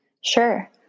Sure